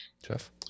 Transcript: Jeff